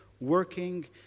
working